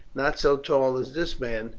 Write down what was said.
not so tall as this man,